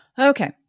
Okay